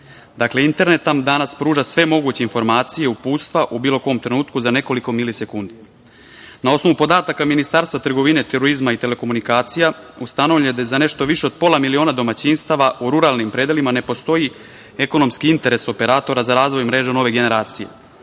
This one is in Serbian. itd. Internet nam danas pruža sve moguće informacije i uputstva u bilo kom trenutku za nekoliko milisekundi. Na osnovu podataka Ministarstva trgovine, turizma i telekomunikacija ustanovljeno je da je za nešto više od pola miliona domaćinstava u ruralnim predelima ne postoji ekonomski interes operatora za razvoj mreža nove generacije,